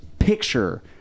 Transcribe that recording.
picture